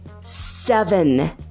seven